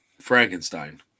Frankenstein